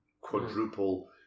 quadruple